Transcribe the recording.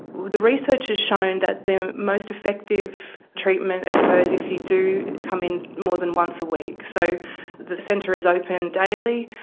the research has shown that the most effective treatment occurs if you do come in more than once a week. so the centre is open daily,